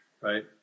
right